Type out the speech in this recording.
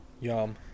yum